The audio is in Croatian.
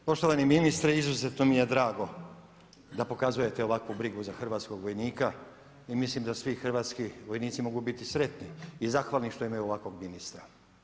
Poštovani ministre, izuzetno mi je drago da pokazujete ovakvu brigu za hrvatskog vojnika i mislim da svi hrvatski vojnici mogu biti sretni i zahvalni što imaju ovakvog ministra.